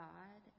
God